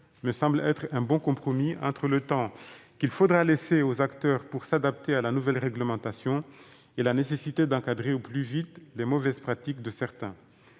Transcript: me semble être un bon compromis entre le temps qu'il faudra laisser aux acteurs pour s'adapter à la nouvelle réglementation et la nécessité d'encadrer au plus vite les mauvaises pratiques de certains.